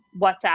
WhatsApp